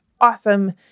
awesome